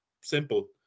simple